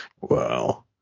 Wow